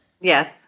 Yes